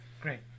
Great